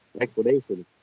explanation